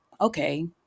okay